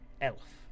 Elf